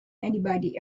anybody